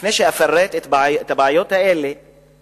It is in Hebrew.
שלפני שאפרט את הבעיות האלה אומר,